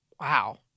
Wow